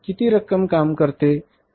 किती रक्कम काम करते